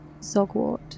Zogwart